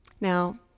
Now